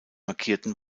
markierten